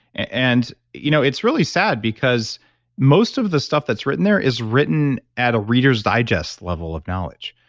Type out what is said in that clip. and you know it's really sad because most of the stuff that's written there is written at a reader's digest level of knowledge.